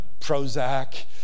Prozac